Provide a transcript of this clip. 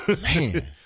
Man